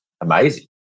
amazing